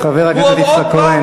והוא עוד בא חבר הכנסת יצחק כהן.